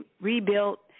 rebuilt